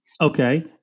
Okay